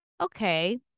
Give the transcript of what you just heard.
Okay